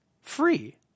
free